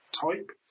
type